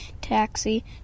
taxi